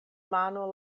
mano